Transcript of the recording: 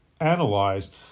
analyzed